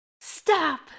Stop